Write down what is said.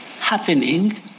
happening